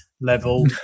Level